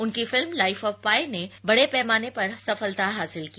उनकी film life of Pi ने बड़े पैमाने पर सफलता हासिल की